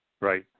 Right